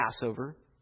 Passover